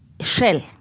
Shell